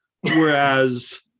whereas